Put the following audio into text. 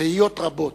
תהיות רבות.